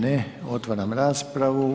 Ne, otvaram raspravu.